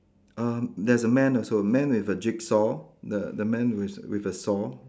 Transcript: uh there's a man also man with a jigsaw the the man with with a saw